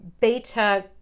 Beta